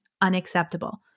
unacceptable